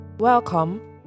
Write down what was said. Welcome